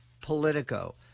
politico